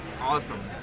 awesome